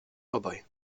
obaj